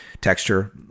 texture